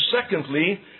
secondly